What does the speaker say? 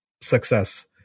success